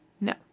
No